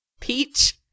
Peach